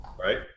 right